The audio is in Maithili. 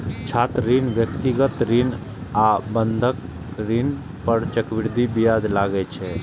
छात्र ऋण, व्यक्तिगत ऋण आ बंधक ऋण पर चक्रवृद्धि ब्याज लागै छै